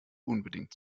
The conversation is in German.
unbedingt